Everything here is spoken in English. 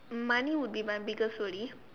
money would be my biggest worry